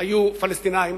היו פלסטינים.